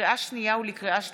לקריאה שנייה ולקריאה שלישית: